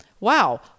Wow